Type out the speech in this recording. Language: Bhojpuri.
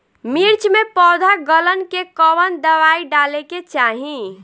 मिर्च मे पौध गलन के कवन दवाई डाले के चाही?